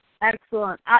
Excellent